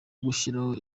gushyiraho